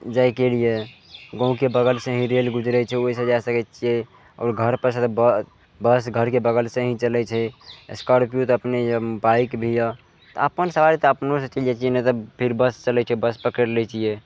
जाइके लिये गाँवके बगलसँ ही रेल गुजरय छै ओइसँ जा सकय छियै आओर घरपर सँ तऽ बस घरके बगालसे ही चलय छै स्कार्पियो तऽ अपने यऽ बाइक भी यऽ आओर अपन सवारी तऽ अपनोसँ चलि जाइ छियै नहि तऽ फेर बस चलय छै बस पकड़ि लै छियै